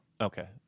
Okay